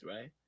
right